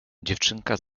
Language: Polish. dziewczynka